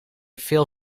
veel